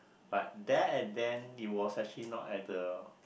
but there and then it was actually not at the